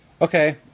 Okay